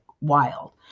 wild